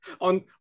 on